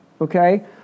Okay